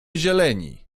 zieleni